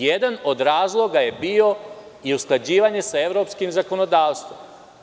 Jedan od razloga je bio i usklađivanje sa evropskim zakonodavstvom.